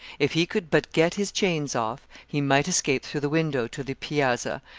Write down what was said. if he could but get his chains off, he might escape through the window to the piazza,